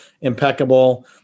impeccable